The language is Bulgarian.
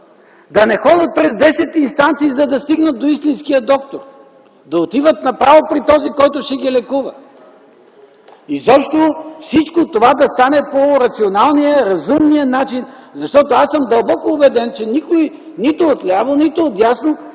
да не ходят през 10 инстанции, та да стигнат до истинския доктор, а да отиват направо при този, който ще ги лекува. Всичко това да стане по рационалния, разумния начин, защото съм дълбоко убеден, че никой – нито отляво, нито отдясно